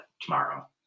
tomorrow